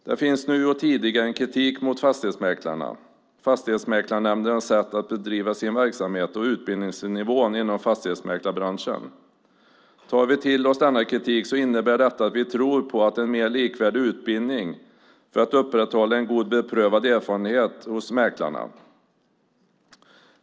Det finns nu och tidigare en kritik mot fastighetsmäklarna, Fastighetsmäklarnämndens sätt att bedriva sin verksamhet och utbildningsnivån inom fastighetsmäklarbranschen. Tar vi till oss denna kritik innebär detta att vi tror på en mer likvärdig utbildning för att upprätthålla en god beprövad erfarenhet hos mäklarna.